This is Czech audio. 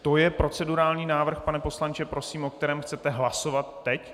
To je procedurální návrh, pane poslanče, prosím, o kterém chcete hlasovat teď?